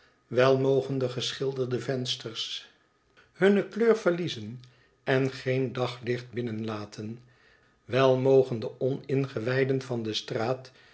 wel mogen de geschilderde vensters hunne kleur verliezen en geen daglicht binnenlaten wel mogen de oningewijden van de straat